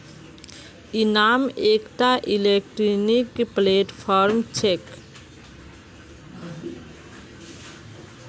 इनाम एकटा electronic platform छेक